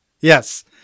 Yes